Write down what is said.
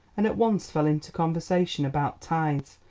and at once fell into conversation about tithes,